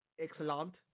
excellent